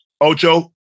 Ocho